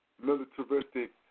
militaristic